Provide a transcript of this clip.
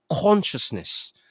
consciousness